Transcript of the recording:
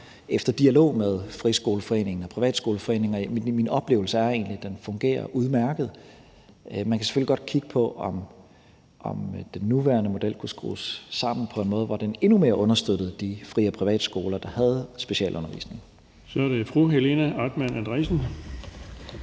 efter dialog med Friskoleforeningen og Privatskoleforeningen, og min oplevelse er egentlig, at den fungerer udmærket. Man kan selvfølgelig godt kigge på, om den nuværende model kunne skrues sammen på en måde, hvor den endnu mere understøttede de fri- og privatskoler, der havde specialundervisning. Kl. 17:10 Den fg. formand (Erling